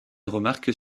remarques